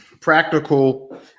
practical